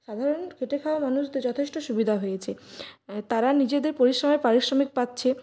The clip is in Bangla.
সাধারণ খেটে খাওয়া মানুষদের যথেষ্ট সুবিধা হয়েছে তারা নিজেদের পরিশ্রমের পারিশ্রমিক পাচ্ছে